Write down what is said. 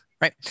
right